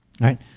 Right